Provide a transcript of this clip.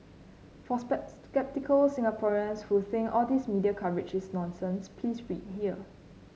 for sceptical Singaporeans who think all these media coverage is nonsense please read here